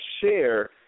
share